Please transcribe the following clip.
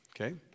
Okay